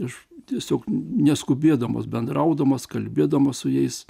aš tiesiog neskubėdamas bendraudamas kalbėdamas su jais